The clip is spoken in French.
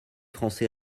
français